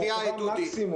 הוא קבע את המקסימום.